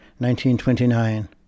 1929